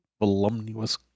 voluminous